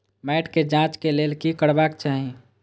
मैट के जांच के लेल कि करबाक चाही?